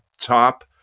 top